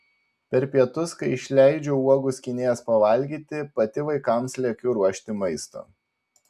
per pietus kai išleidžiu uogų skynėjas pavalgyti pati vaikams lekiu ruošti maisto